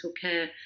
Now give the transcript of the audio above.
care